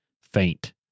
faint